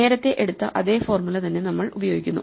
നേരത്തെ എടുത്ത അതേ ഫോർമുല തന്നെ നമ്മൾ ഉപയോഗിക്കുന്നു